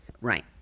Right